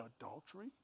adultery